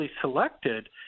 selected